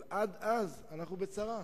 אבל עד אז אנחנו בצרה.